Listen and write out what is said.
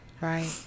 Right